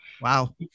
Wow